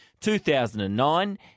2009